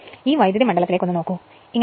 ഈ വൈദ്യുതി മണ്ഡലത്തിലേക്ക് ഒന്ന് നോക്കുക